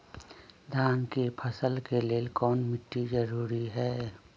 धान के फसल के लेल कौन मिट्टी जरूरी है?